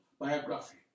biography